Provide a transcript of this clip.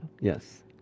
Yes